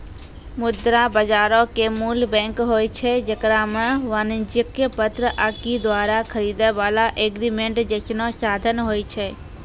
मुद्रा बजारो के मूल बैंक होय छै जेकरा मे वाणिज्यक पत्र आकि दोबारा खरीदै बाला एग्रीमेंट जैसनो साधन होय छै